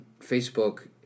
Facebook